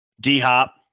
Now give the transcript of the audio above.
D-Hop